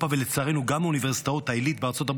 ולצערנו גם מאוניברסיטאות העילית בארצות הברית,